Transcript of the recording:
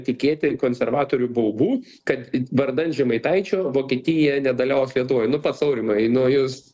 tikėti konservatorių baubu kad vardan žemaitaičio vokietija nedalyvaus lietuvoj nu pats aurimai nu jūs